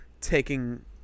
taking